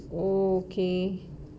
okay